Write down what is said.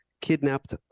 kidnapped